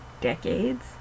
decades